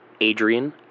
Adrian